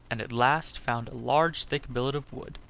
and at last found a large thick billet of wood.